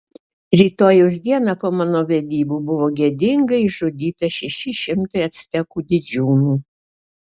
rytojaus dieną po mano vedybų buvo gėdingai išžudyta šeši šimtai actekų didžiūnų